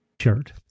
shirt